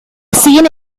scene